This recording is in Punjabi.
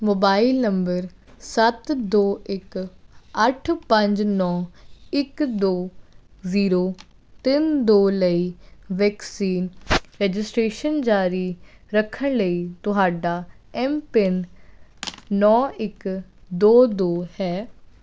ਮੋਬਾਈਲ ਨੰਬਰ ਸੱਤ ਦੋੋ ਇੱਕ ਅੱਠ ਪੰਜ ਨੌੌਂ ਇੱਕ ਦੋ ਜ਼ੀਰੋ ਤਿੰਨ ਦੋ ਲਈ ਵੈਕਸੀਨ ਰਜਿਸਟ੍ਰੇਸ਼ਨ ਜਾਰੀ ਰੱਖਣ ਲਈ ਤੁਹਾਡਾ ਐਮ ਪਿੰਨ ਨੌਂ ਇੱਕ ਦੋ ਦੋ ਹੈ